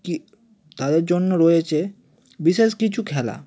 কী তাদের জন্য রয়েছে বিশেষ কিছু খেলা